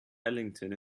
ellington